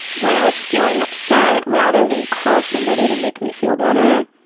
when i was feeling upset, rather than call somebody to make me feel better,